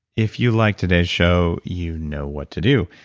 if you liked today's show, you know what to do.